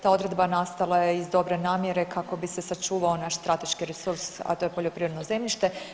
Ta odredba nastala je iz dobre namjere kako bi se sačuvao naš strateški resurs, a to je poljoprivredno zemljište.